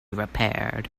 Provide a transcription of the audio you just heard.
repaired